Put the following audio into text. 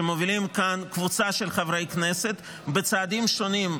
שמובילים כאן קבוצה של חברי הכנסת בצעדים שונים,